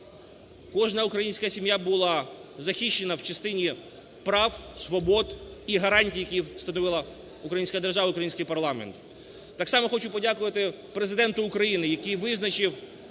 кожна українська сім'я була захищена в частині прав, свобод і гарантій, які встановила Українська держава, український парламент. Так само хочу подякувати Президенту України, який визначив